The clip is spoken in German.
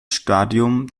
stadium